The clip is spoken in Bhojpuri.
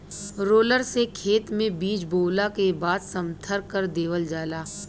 रोलर से खेत में बीज बोवला के बाद समथर कर देवल जाला